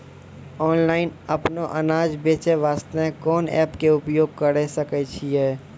Online अपनो अनाज बेचे वास्ते कोंन एप्प के उपयोग करें सकय छियै?